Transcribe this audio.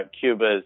Cuba's